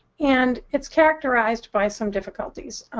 and it's characterized by some difficulties.